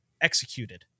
executed